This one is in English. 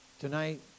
Tonight